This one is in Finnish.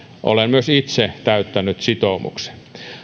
olen myös itse täyttänyt sitoumuksen